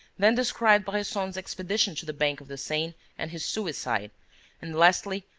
then described bresson's expedition to the bank of the seine and his suicide and, lastly,